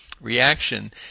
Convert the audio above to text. reaction